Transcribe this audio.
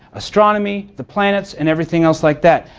astronomy, the planets, and everything else like that.